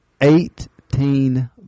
Eighteen